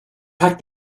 packed